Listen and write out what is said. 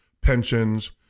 pensions